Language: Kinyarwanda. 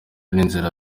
n’inzira